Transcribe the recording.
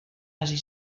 hasi